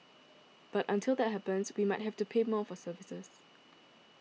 but until that happens we might have to pay more for services